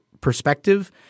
perspective